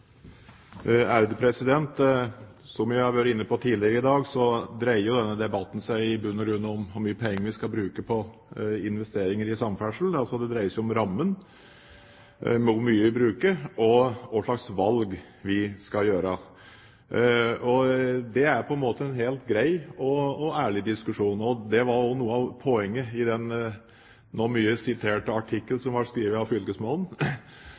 tidligere i dag, dreier denne debatten seg i bunn og grunn om hvor mye penger vi skal bruke på investeringer i samferdsel – altså om rammen, om hvor mye en bruker, og hva slags valg vi skal gjøre. Det er en helt grei og ærlig diskusjon. Det var også noe av poenget i den nå mye siterte artikkelen som ble skrevet av fylkesmannen,